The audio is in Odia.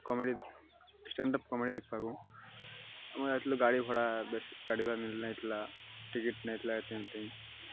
କମେଡ଼ି ଷ୍ଟାଣ୍ଡଅପ୍ କମେଡ଼ି ଦେଖବାକୁ ଆମର ଯାଇଥିଲୁ ଗାଡ଼ି ଭଡ଼ା ବେଶ ଗାଡ଼ିିବା ନେଇଥିଲା ଟିକେଟ୍ ନେଇଥିଲା ଏତେ ଏମିତି